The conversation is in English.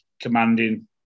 commanding